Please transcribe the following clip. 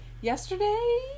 yesterday